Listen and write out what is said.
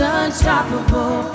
unstoppable